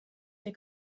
der